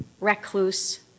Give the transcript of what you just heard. recluse